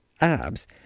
Abs